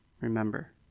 Remember